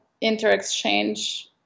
inter-exchange